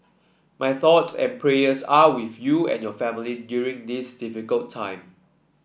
my thoughts and prayers are with you and your family during this difficult time